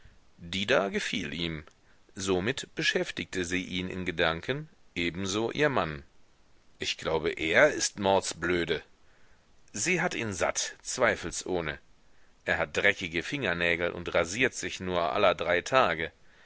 die da gefiel ihm somit beschäftigte sie ihn in gedanken ebenso ihr mann ich glaube er ist mordsblöde sie hat ihn satt zweifelsohne er hat dreckige fingernägel und rasiert sich nur aller drei tage